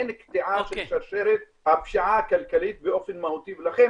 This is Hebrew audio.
אין קטיעה של שרשרת הפשיעה הכלכלית באופן מהותי ולכן